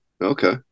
Okay